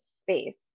space